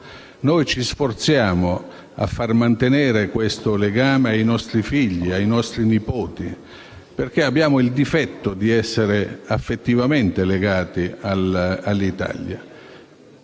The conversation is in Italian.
Ci sforziamo altresì a far mantenere questo legame ai nostri figli, ai nostri nipoti perché abbiamo il difetto di essere affettivamente legati all'Italia.